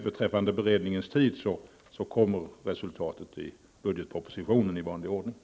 Beträffande tiden för beredningens arbete kommer resultatet i vanlig ordning att presenteras i budgetpropositionen.